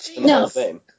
No